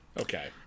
Okay